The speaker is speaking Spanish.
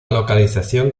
localización